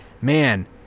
Man